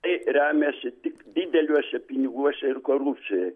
tai remiasi tik dideliuose piniguose ir korupcijoj